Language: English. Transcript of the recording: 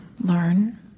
learn